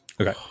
Okay